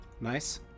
Nice